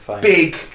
big